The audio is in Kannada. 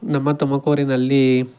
ನಮ್ಮ ತುಮಕೂರಿನಲ್ಲಿ